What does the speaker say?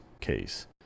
case